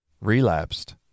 relapsed